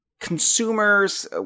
consumers